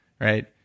right